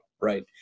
right